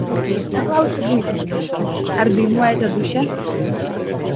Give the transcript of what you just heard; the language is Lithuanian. paklausiu buitiškai ar dainuojate duše